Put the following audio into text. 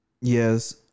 Yes